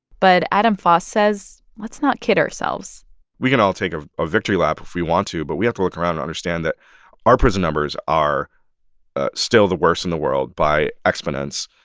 but adam foss says, let's not kid ourselves we can all take a ah victory lap if we want to, but we have to look around and understand that our prison numbers are still the worst in the world by exponence.